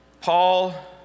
Paul